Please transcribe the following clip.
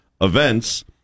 events